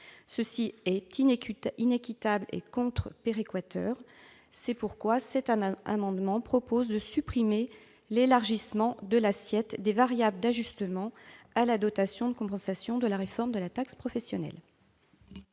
C'est inéquitable et contre-péréquateur. C'est pourquoi cet amendement vise à supprimer l'élargissement de l'assiette des variables d'ajustement à la dotation de compensation de la réforme de la taxe professionnelle.